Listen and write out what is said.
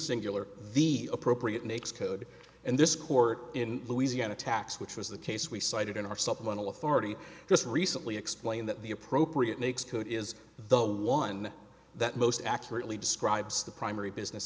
singular the appropriate makes code and this court in louisiana tax which was the case we cited in our supplemental authority just recently explained that the appropriate mix code is the one that most accurately describes the primary business